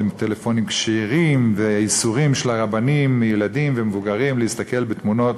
טלפונים כשרים ואיסורים של הרבנים לילדים ולמבוגרים להסתכל בתמונות.